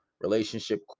relationship